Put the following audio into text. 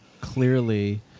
clearly